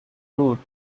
route